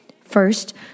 First